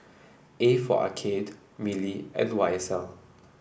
A for Arcade Mili and Y S L